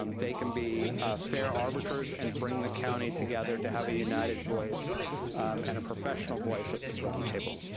um they can be fair arbiters and bring the county together to have a united voice and a professional voice at this roundtable.